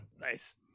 Nice